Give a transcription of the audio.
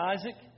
Isaac